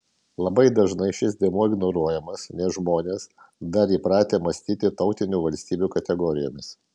labai dažnai šis dėmuo ignoruojamas nes žmonės dar įpratę mąstyti tautinių valstybių kategorijomis